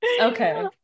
okay